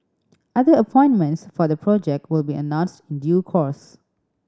other appointments for the project will be announced in due course